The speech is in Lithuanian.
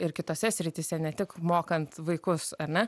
ir kitose srityse ne tik mokant vaikus ar ne